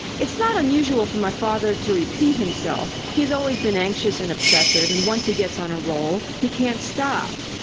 it's not unusual for my father to repeat himself. he's always been anxious and obsessive, and once he gets on a roll, he can't stop.